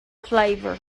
flavor